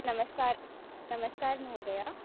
नमस्कारः नमस्कारः महोदय